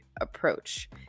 approach